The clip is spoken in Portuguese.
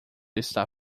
está